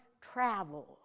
travel